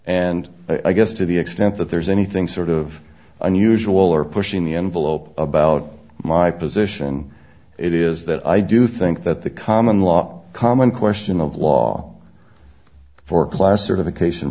and i guess to the extent that there's anything sort of unusual or pushing the envelope about my position it is that i do think that the common law common question of law for classification